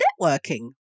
networking